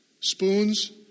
Spoons